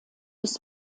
des